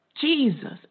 Jesus